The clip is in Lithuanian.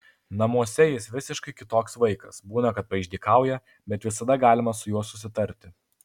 namuose jis visiškai kitoks vaikas būna kad paišdykauja bet visada galima su juo susitarti